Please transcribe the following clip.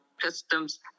customs